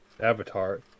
Avatar